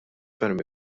ferm